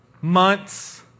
months